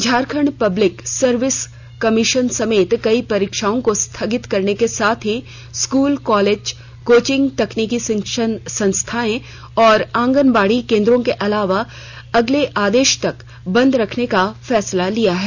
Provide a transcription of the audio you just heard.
Jharkhand public service commission JPSC समेत कई परीक्षाओं को स्थगित करने के साथ ही स्कूल कॉलेज कोचिंग तकनीकी शिक्षा संस्थान और आंगनबाड़ी केंद्रों को अगले आदेश तक बंद रखने का फैसला लिया है